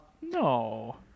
no